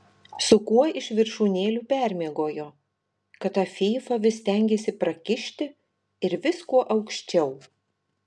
su kuo iš viršūnėlių permiegojo kad tą fyfą vis stengiasi prakišti ir vis kuo aukščiau